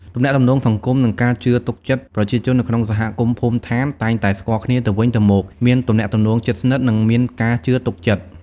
ទំនាក់ទំនងសង្គម និងការជឿទុកចិត្ត ប្រជាជននៅក្នុងសហគមន៍ភូមិឋានតែងតែស្គាល់គ្នាទៅវិញទៅមក មានទំនាក់ទំនងជិតស្និទ្ធ និងមានការជឿទុកចិត្ត។